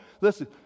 Listen